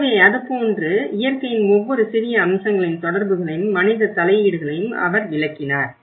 எனவே அதுபோன்று இயற்கையின் ஒவ்வொரு சிறிய அம்சங்களின் தொடர்புகளையும் மனித தலையீடுகளையும் அவர் விளக்கினார்